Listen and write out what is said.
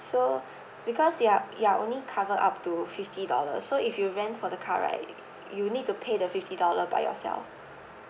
so because you are you are only covered up to fifty dollar so if you rent for the car right you need to pay the fifty dollar by yourself